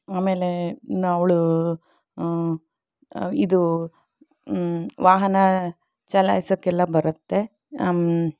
ಆಮೇಲೆ ಅವಳು ಇದು ವಾಹನ ಚಲಾಯಿಸೋಕ್ಕೆಲ್ಲ ಬರತ್ತೆ